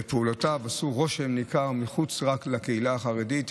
פעולותיו עשו רושם ניכר מחוץ לקהילה החרדית,